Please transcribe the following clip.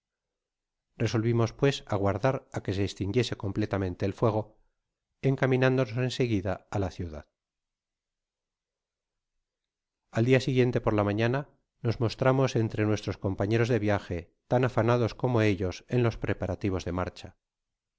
resolvimos pues aguardar á que se estinguise completamente et fuego encaminándonos en seguida á la ciudad í'ú i v w b'i t st'u al dia siguiente por la mañana nos mostramos entre nuestros compañeros de viaje tan afanados como ellos en los preparativos de marcha